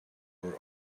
were